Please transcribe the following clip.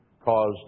caused